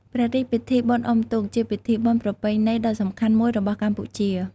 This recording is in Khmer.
ព្រះរាជពិធីបុណ្យអ៊ំុទូក ជាពិធីបុណ្យប្រពៃណីដ៏សំខាន់មួយរបស់កម្ពុជា។